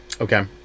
Okay